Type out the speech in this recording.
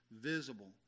visible